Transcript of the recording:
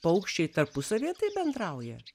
paukščiai tarpusavyje taip bendrauja